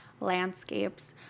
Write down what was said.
landscapes